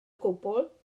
gwbl